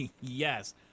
Yes